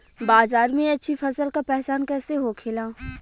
बाजार में अच्छी फसल का पहचान कैसे होखेला?